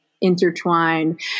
intertwined